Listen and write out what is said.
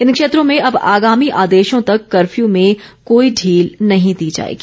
इन क्षेत्रों में अब आगामी आदेशों तक कफ्यू में कोई ढील नहीं दी जाएगी